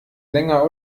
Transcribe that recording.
länger